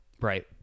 Right